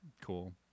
Cool